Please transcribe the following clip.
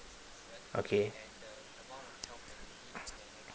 okay